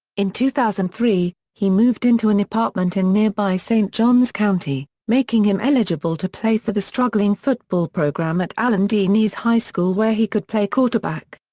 in two thousand and three, he moved into an apartment in nearby st. johns county, making him eligible to play for the struggling football program at allen d. nease high school where he could play quarterback.